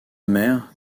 mère